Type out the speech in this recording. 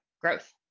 growth